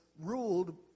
ruled